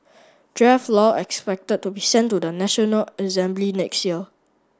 draft law expected to be sent to the National Assembly next year